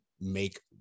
make